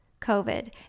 COVID